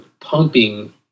pumping